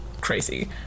crazy